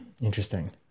interesting